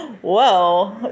whoa